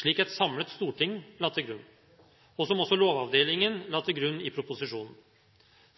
slik et samlet storting gjorde, og som også Lovavdelingen la til grunn i proposisjonen.